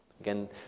Again